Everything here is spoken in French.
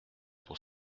pour